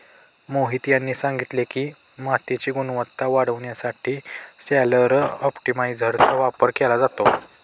मोहित यांनी सांगितले की, मातीची गुणवत्ता वाढवण्यासाठी सॉइल ऑप्टिमायझरचा वापर केला जातो